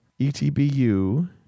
ETBU